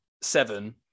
seven